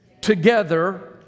Together